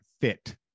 fit